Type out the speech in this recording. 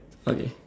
okay